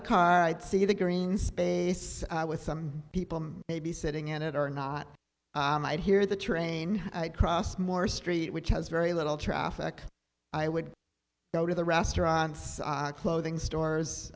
the car i'd see the green space with some people maybe sitting in it or not i might hear the train cross more street which has very little traffic i would go to the restaurants clothing stores